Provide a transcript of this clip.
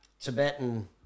Tibetan